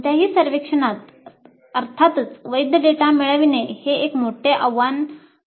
कोणत्याही सर्वेक्षणात अर्थातच वैध डेटा मिळविणे हे एक मोठे आव्हान आहे